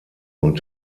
und